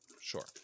Sure